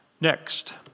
Next